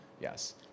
Yes